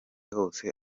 hose